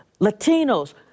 Latinos